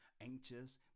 anxious